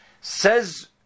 Says